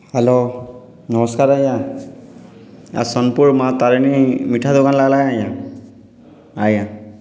hello ନମସ୍କାର ଆଜ୍ଞା ଆ ସୋନପୁର ମା ତାରିଣୀ ମିଠା ଦୋକାନ ଲାଗଲା କେଁ ଆଜ୍ଞା ଆଜ୍ଞା